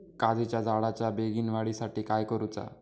काजीच्या झाडाच्या बेगीन वाढी साठी काय करूचा?